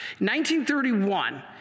1931